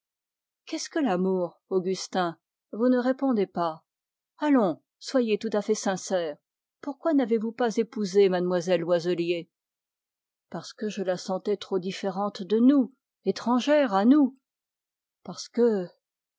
qu'est-ce que l'amour augustin vous ne répondez pas allons soyez tout à fait sincère pourquoi n'avez-vous pas épousé mlle loiselier parce que je la sentais trop différente de nous étrangère à nous parce que